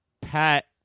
Pat